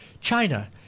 China